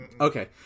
Okay